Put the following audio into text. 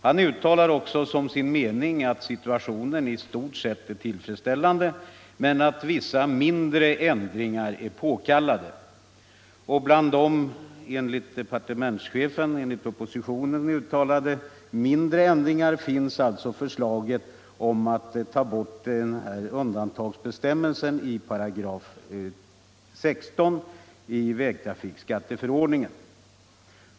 Han uttalar också som sin mening att situationen i stort sett är tillfredsställande men att vissa mindre ändringar är påkallade. Bland de av departementschefen i propositionen omnämnda mindre ändringarna finns förslaget om att ta bort undantagsbestämmelsen i 16 § vägtrafikskatteförordningen.